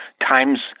times